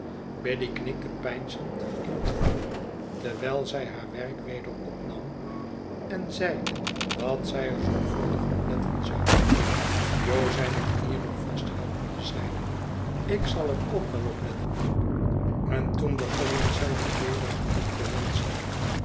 knikte peinzend in het vuur terwijl zij haar werk weder opnam en zeide dat zij er zorgvuldig op letten zou jo zijne knieen nog vasthoudende zeide ik zal er ook wel op letten pip en toen begonnen zij mij weder geluk te wenschen